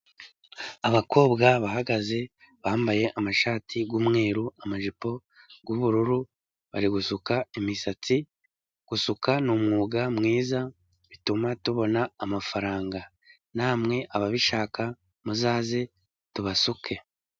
Abakobwa bahagaze bambaye amashati y'umweru ,amajipo y'bururu, bari gusuka imisatsi. Gusuka ni umwuga mwiza bituma tubona amafaranga ,na mwe ababishaka muzaze tubasuke.